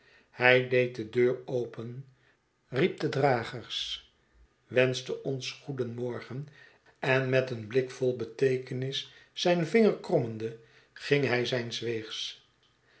hij deed de deur open riep de dragers wenschte ons goedenmorgen en met een blik vol beteekenis zijn vinger krommende ging hij zijns weegs